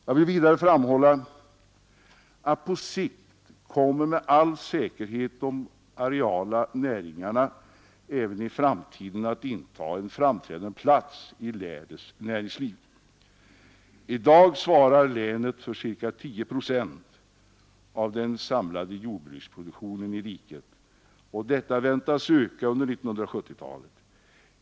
Jag vill vidare framhålla att även på sikt kommer med all säkerhet de agrara näringarna att inta en framträdande plats i länets näringsliv. I dag svarar länet för ca 10 procent av den samlade jordbruksproduktionen i riket, och andelen väntas öka under 1970-talet.